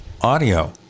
audio